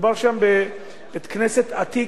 מדובר שם בבית-כנסת עתיק,